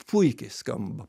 puikiai skamba